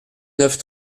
neuf